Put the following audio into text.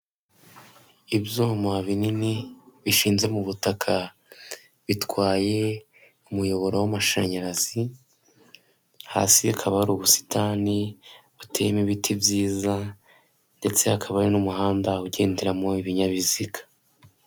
Ibyuma binini bishinze mu butaka bitwaye umuyoboro w'amashanyarazi, hasi hakaba hari ubusitani buteyemo ibiti byiza ndetse hakaba hari n'umuhanda ugenderamo ibinyabiziga.